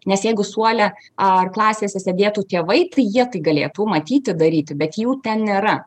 nes jeigu suole ar klasėse sėdėtų tėvai jie galėtų matyti daryti bet jų ten nėra